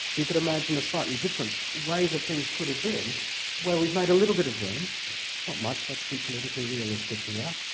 you could imagine a slightly different way that things could have been where we've made a little bit of room, not much, let's be politically realistic here,